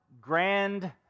grand